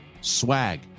swag